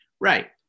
Right